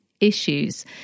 issues